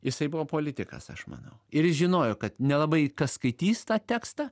jisai buvo politikas aš manau ir jis žinojo kad nelabai kas skaitys tą tekstą